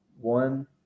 one